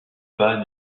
pas